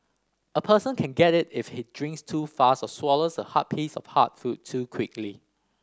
a person can get it if he drinks too fast or swallows a piece of hard food too quickly